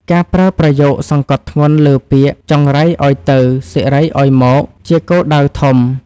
ការប្រើប្រយោគសង្កត់ធ្ងន់លើពាក្យ ចង្រៃឱ្យទៅ សិរីឱ្យមក ជាគោលដៅធំ។